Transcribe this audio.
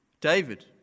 David